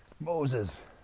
Moses